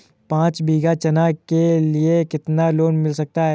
पाँच बीघा चना के लिए कितना लोन मिल सकता है?